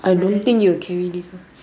I don't think you'll carry this one